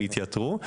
הם יתייתרו.